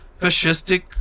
fascistic